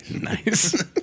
Nice